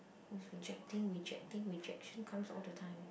was rejecting rejecting rejection comes all the time